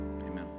Amen